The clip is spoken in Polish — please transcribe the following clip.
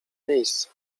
miejsca